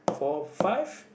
four five